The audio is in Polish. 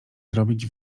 zrobić